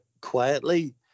quietly